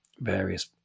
various